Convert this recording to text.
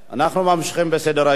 אנחנו ממשיכים בסדר-היום.